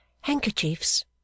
Handkerchiefs